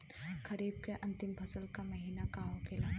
खरीफ के अंतिम फसल का महीना का होखेला?